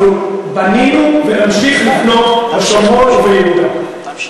אנחנו בנינו ונמשיך לבנות בשומרון וביהודה.